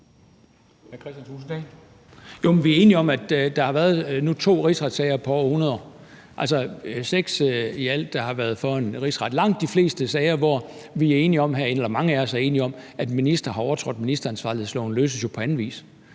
vi er enige om, at der nu har været to rigsretssager på over hundrede år – altså i alt er der seks, der har været for en rigsret. Langt de fleste sager, hvor mange af os herinde er enige om, at en minister har overtrådt ministeransvarlighedsloven, løses jo på anden vis.